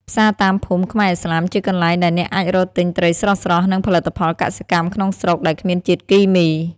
ផ្សារតាមភូមិខ្មែរឥស្លាមជាកន្លែងដែលអ្នកអាចរកទិញត្រីស្រស់ៗ និងផលិតផលកសិកម្មក្នុងស្រុកដែលគ្មានជាតិគីមី។